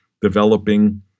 developing